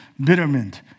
bitterment